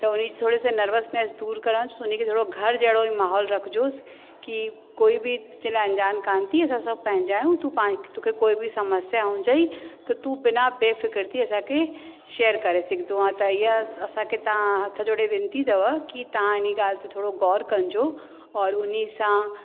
त हुन जी थोरी सी नर्वसनैस दूरि करांसि हुन खे थोरो घर जहिड़ो ई महौल रखिजोसि कि कोई बि तुंहिंजे लाइ अंजान कोन अथई असां सभु पंहिंजा आहियूं तू पाण तोखे कोई बि समस्या हुजई त तू बिना बेफ़िकर थी असांखे शेअर करे सघंदो आहीं त इहा असांखे तव्हां हथ जोड़े विनती अथव कि तव्हां हिनी ॻाल्हि ते थोरो गौर कजो और उन सां